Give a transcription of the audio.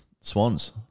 Swans